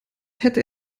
hätte